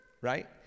right